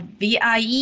VIE